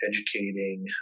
educating